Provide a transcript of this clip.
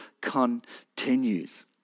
continues